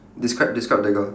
describe describe the girl